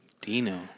Dino